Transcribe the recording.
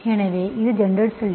எனவே இது ஜெனரல்சொலுஷன்